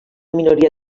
minoria